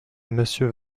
monsieur